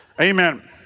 Amen